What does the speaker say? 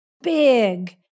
big